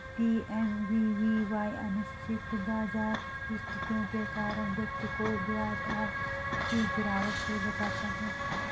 PMVVY अनिश्चित बाजार स्थितियों के कारण व्यक्ति को ब्याज आय की गिरावट से बचाता है